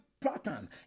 pattern